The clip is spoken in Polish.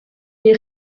nie